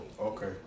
okay